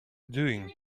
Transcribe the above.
doing